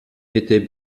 était